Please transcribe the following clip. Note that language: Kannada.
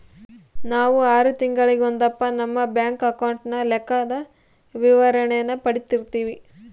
ನಾವು ಆರು ತಿಂಗಳಿಗೊಂದಪ್ಪ ನಮ್ಮ ಬ್ಯಾಂಕ್ ಅಕೌಂಟಿನ ಲೆಕ್ಕದ ವಿವರಣೇನ ಪಡೀತಿರ್ತೀವಿ